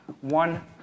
one